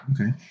Okay